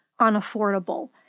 unaffordable